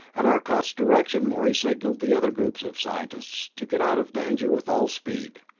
at arcot's direction morey signaled the other groups of scientists to get out of danger with all speed,